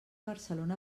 barcelona